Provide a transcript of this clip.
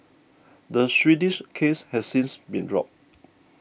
the Swedish case has since been dropped